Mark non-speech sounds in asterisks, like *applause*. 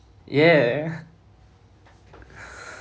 ya *breath*